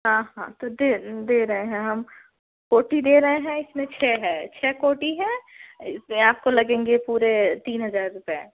हाँ हाँ तो दे दे रहे हैं हम कोटि दे रहे हैं इसमें छे है छे कोटि है इसमें आपको लगेंगे पूरे तीन हजार रुपए